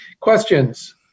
questions